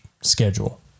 schedule